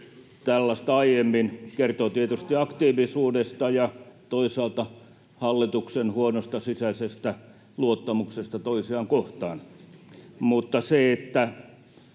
tällaista aiemmin. Se kertoo tietysti aktiivisuudesta ja toisaalta hallituksen huonosta sisäisestä luottamuksesta toisiaan kohtaan. Mutta pitää